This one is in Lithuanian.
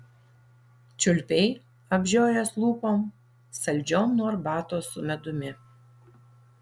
čiulpei apžiojęs lūpom saldžiom nuo arbatos su medumi